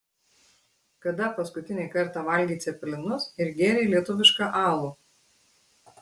kada paskutinį kartą valgei cepelinus ir gėrei lietuvišką alų